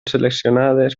seleccionades